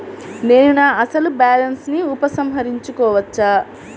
నేను నా అసలు బాలన్స్ ని ఉపసంహరించుకోవచ్చా?